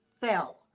fell